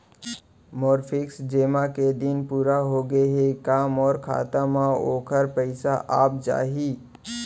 मोर fix जेमा के दिन पूरा होगे हे का मोर खाता म वोखर पइसा आप जाही?